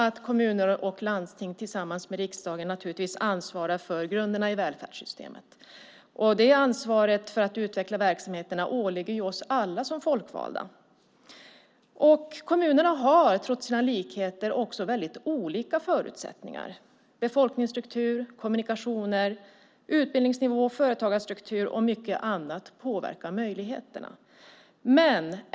Kommuner och landsting tillsammans med riksdagen ansvarar för grunderna i välfärdssystemet. Ansvaret för att utveckla verksamheterna åligger oss alla som folkvalda. Kommunerna har trots sina likheter väldigt olika förutsättningar. Befolkningsstruktur, kommunikationer, utbildningsnivå, företagarstruktur och mycket annat påverkar möjligheterna.